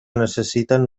necessiten